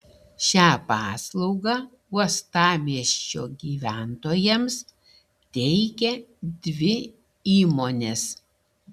šią paslaugą uostamiesčio gyventojams teikia dvi įmonės